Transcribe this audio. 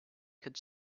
could